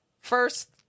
first